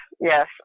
Yes